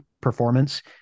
performance